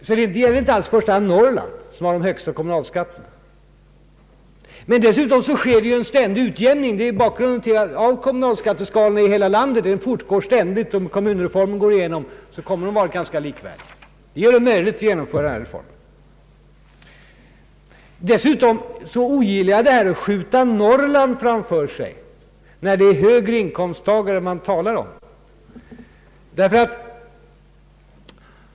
Det är alltså inte alls i första hand i Norrland som man har den högsta kommunalskatten. Dessutom sker en ständig utjämning av kommunalskatteska lorna i hela landet. Om kommunreformen går igenom, kommer kommunalskatten snart att vara ganska likvärdig över hela landet. Det gör det möjligt att genomföra den här reformen. Dessutom ogillar jag sättet att skjuta Norrland framför sig, när det är högre inkomsttagare man talar om.